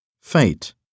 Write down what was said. Fate